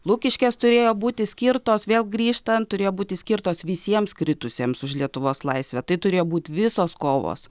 lukiškės turėjo būti skirtos vėl grįžtant turėjo būti skirtos visiems kritusiems už lietuvos laisvę tai turėjo būti visos kovos